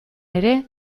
ere